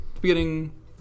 beginning